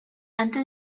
antes